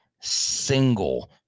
single